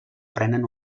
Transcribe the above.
prenen